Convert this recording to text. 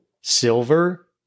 silver